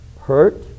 hurt